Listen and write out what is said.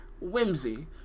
whimsy